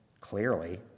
clearly